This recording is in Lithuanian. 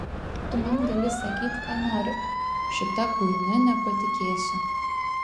tu man gali sakyt ką nori šita chuinia nepatikėsiu